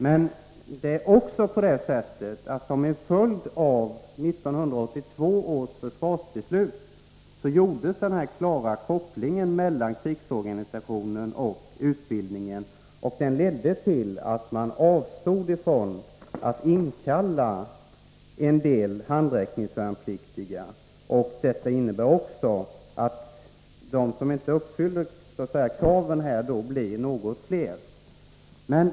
Men det var som en följd av 1982 års försvarsbeslut som denna klara koppling gjordes mellan krigsorganisationen och utbildningen, och den ledde till att man avstod från att inkalla en del handräckningsvärnpliktiga. Detta innebär också att de som inte uppfyller kraven blir något fler.